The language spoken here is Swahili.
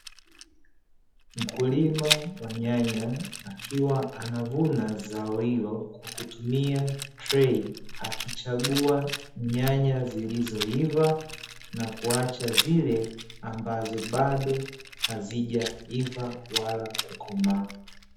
Mkulima wa nyanya akiwa anavuna zao hilo kwa kutumia trei, akichagua nyanya zilizoiva na kuacha zile ambazo bado hazijaiva wala kukomaa.